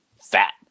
fat